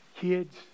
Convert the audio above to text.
Kids